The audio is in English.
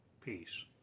peace